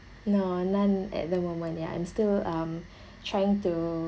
no none at the moment ya I'm still um trying to